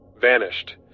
vanished